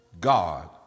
God